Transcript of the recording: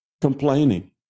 complaining